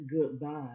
goodbye